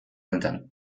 honetan